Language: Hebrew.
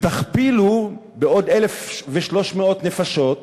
תכפילו בעוד 1,300 נפשות,